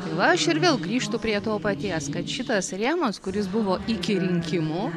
va aš ir vėl grįžtu prie to paties kad šitas rėmas kuris buvo iki rinkimų